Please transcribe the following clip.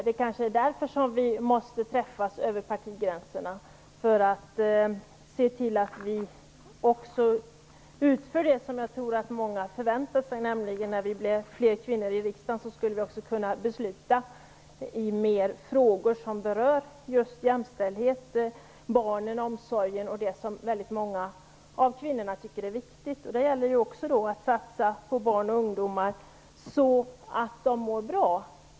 Vi kanske måste träffas över partigränserna för att se till att utföra det som jag tror att många förväntar sig, nämligen att vi, efter att ha blivit fler kvinnor riksdagen, också skall kunna besluta i fler frågor som berör just jämställdheten, barnen, omsorgen och sådant som många av kvinnorna tycker är viktigt. Det gäller då också att satsa på barn och ungdomar, så att de mår bra.